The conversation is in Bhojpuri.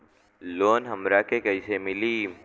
लोन हमरा के कईसे मिली?